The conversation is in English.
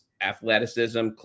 athleticism